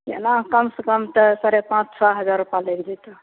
एना कम से कम तऽ साढ़े पॉंच छओ हजार रूपा लागि जैतो